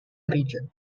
region